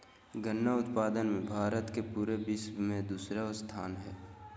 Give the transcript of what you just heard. गन्ना उत्पादन मे भारत के पूरे विश्व मे दूसरा स्थान हय